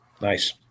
nice